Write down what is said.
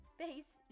face